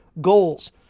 goals